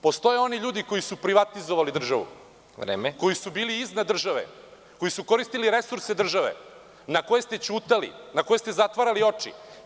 Postoje oni ljudi koji su privatizovali državu, koji su bili iznad države, koji su koristi resurse države, na koje ste ćutali, na koje ste zatvarali oči.